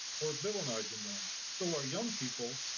we're villainizing them. so our young people,